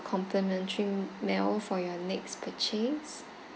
complimentary meal for your next purchase